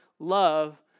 love